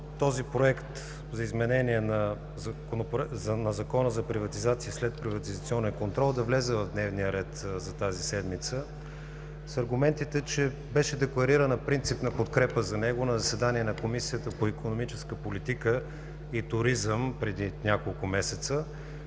този Проект за изменение на Закона за приватизация и следприватизационен контрол да влезе в дневния ред за тази седмица с аргументите, че беше декларирана принципна подкрепа за него на заседание на Комисията по икономическа политика и туризъм преди няколко месеца.